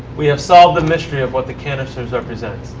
we have solved the mystery of what the canisters represent.